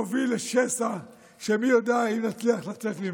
והיא תוביל לשסע שמי יודע אם נצליח לצאת ממנו.